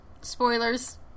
spoilers